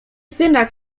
syna